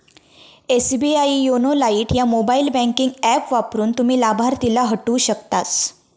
SBI YONO lite ह्या mobile banking app वापरून, तुम्ही लाभार्थीला हटवू शकतास